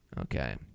Okay